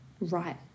right